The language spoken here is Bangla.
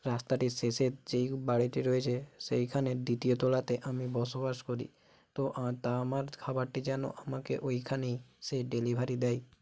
রাস্তাটির শেষের যেই বাড়িটি রয়েছে সেইখানের দ্বিতীয় তলাতে আমি বসবাস করি তো তা আমার খাবারটি যেন আমাকে ওইখানেই সে ডেলিভারি দেয়